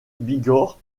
bigorre